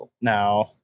now